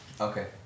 Okay